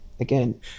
again